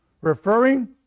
referring